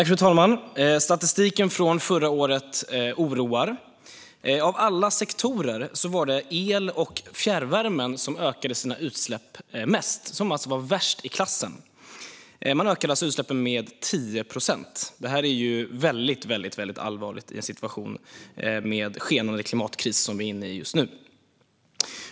Fru talman! Statistiken från förra året oroar. Av alla sektorer var det el och fjärrvärme som ökade sina utsläpp mest och som alltså var sämst i klassen. Deras utsläpp ökade med 10 procent. Detta är allvarligt i en situation med skenande klimatkris, som vi är inne i just nu.